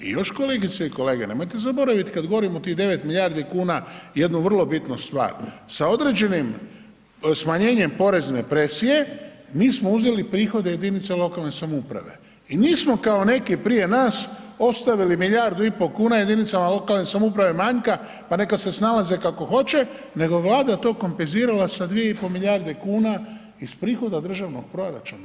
I još kolegice i kolege, nemojte zaboraviti kad govorimo o tih 9 milijardi kuna, jednu vrlo bitnu stvar sa određenim smanjenjem porezne presije mi smo uzeli prihode jedinica lokalne samouprave i nismo kao neki prije nas ostavili milijardu i pol kuna jedinicama lokalne samouprave manjka pa neka se snalaze kako hoće nego Vlada je to kompenzirala sa 2,5 milijarde kuna iz prihoda državnog proračuna.